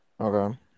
Okay